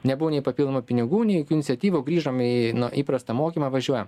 nebuvo nei papildomų pinigų nei jokių iniciatyvų grįžom į įprastą mokymą važiuojam